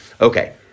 Okay